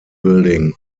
building